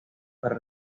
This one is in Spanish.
para